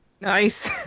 Nice